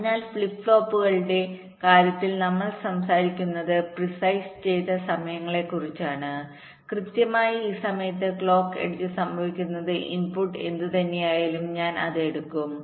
അതിനാൽ ഫ്ലിപ്പ് ഫ്ലോപ്പുകളുടെ കാര്യത്തിൽ നമ്മൾ സംസാരിക്കുന്നത് പ്രിസൈസ്précised timesചെയ്ത സമയങ്ങളെക്കുറിച്ചാണ് കൃത്യമായി ഈ സമയത്ത് ക്ലോക്ക് എഡ്ജ് സംഭവിക്കുന്നത് ഇൻപുട്ട് എന്തുതന്നെയായാലും ഞാൻ അത് എടുക്കും